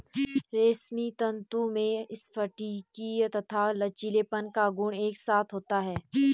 रेशमी तंतु में स्फटिकीय तथा लचीलेपन का गुण एक साथ होता है